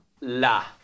La